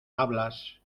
hablas